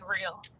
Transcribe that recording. real